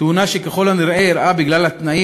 תאונה שככל הנראה אירעה בגלל התנאים